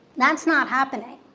that's not happening.